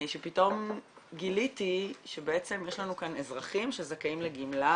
שפתאום גיליתי שבעצם יש לנו כאן אזרחים שזכאים לגמלה